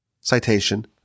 citation